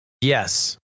Yes